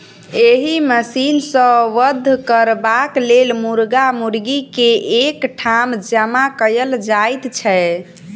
एहि मशीन सॅ वध करबाक लेल मुर्गा मुर्गी के एक ठाम जमा कयल जाइत छै